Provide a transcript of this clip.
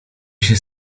się